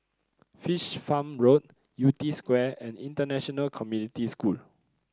Fish Farm Road Yew Tee Square and International Community School